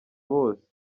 bose